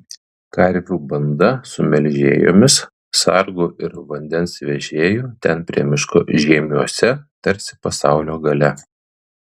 karvių banda su melžėjomis sargu ir vandens vežėju ten prie miško žiemiuose tarsi pasaulio gale